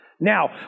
Now